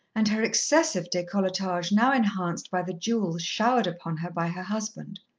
and her excessive decolletage now enhanced by the jewels showered upon her by her husband.